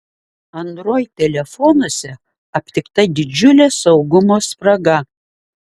android telefonuose aptikta didžiulė saugumo spraga